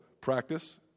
practice